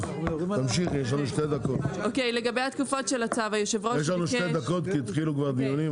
תמשיכי יש לנו שתי דקות כי התחילו כבר דיונים,